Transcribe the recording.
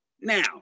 Now